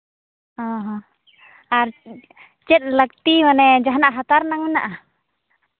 ᱚᱸᱻ ᱦᱚᱸ ᱟᱨ ᱪᱮᱫ ᱞᱟᱹᱠᱛᱤ ᱢᱟᱱᱮ ᱡᱟᱦᱟᱱᱟᱜ ᱦᱟᱛᱟᱣ ᱨᱮᱱᱟᱜ ᱢᱮᱱᱟᱜᱼᱟ